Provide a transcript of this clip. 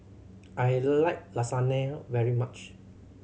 I like Lasagne very much